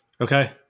Okay